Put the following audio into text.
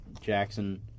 Jackson